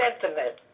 sentiment